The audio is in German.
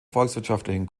volkswirtschaftlichen